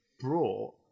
brought